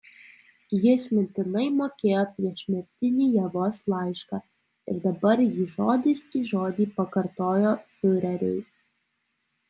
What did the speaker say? jis mintinai mokėjo priešmirtinį ievos laišką ir dabar jį žodis į žodį pakartojo fiureriui